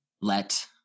let